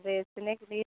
बेचने के लिए